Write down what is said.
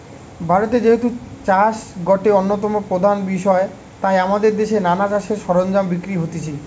ভারতে যেহেতু চাষ গটে অন্যতম প্রধান বিষয় তাই আমদের দেশে নানা চাষের সরঞ্জাম বিক্রি হতিছে